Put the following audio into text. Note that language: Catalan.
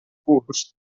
curs